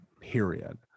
period